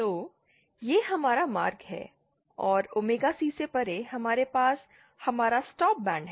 तो यह हमारा मार्ग है और ओमेगा C से परे हमारे पास हमारा स्टॉप बैंड है